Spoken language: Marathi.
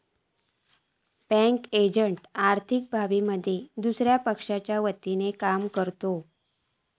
बँक एजंट आर्थिक बाबींमध्ये दुसया पक्षाच्या वतीनं काम करतत